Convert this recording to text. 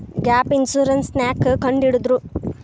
Gap insurance ನ್ಯಾಕ್ ಕಂಢಿಡ್ದ್ರು?